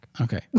Okay